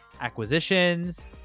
acquisitions